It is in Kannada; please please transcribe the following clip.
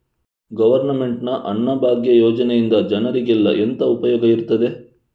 ಗವರ್ನಮೆಂಟ್ ನ ಅನ್ನಭಾಗ್ಯ ಯೋಜನೆಯಿಂದ ಜನರಿಗೆಲ್ಲ ಎಂತ ಉಪಯೋಗ ಇರ್ತದೆ?